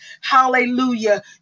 Hallelujah